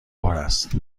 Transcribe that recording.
است